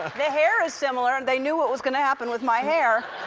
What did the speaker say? the hair is similar. and they knew what was going to happen with my hair.